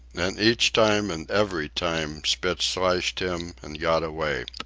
and each time and every time spitz slashed him and got away.